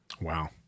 Wow